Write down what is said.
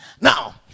now